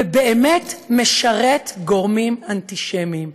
ובאמת משרת גורמים אנטישמיים.